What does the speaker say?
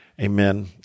amen